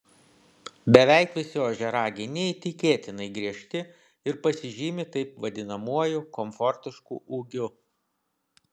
beveik visi ožiaragiai neįtikėtinai griežti ir pasižymi taip vadinamuoju komfortišku ūgiu